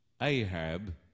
Ahab